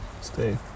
stay